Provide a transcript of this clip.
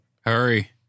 Hurry